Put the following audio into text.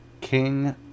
King